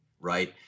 Right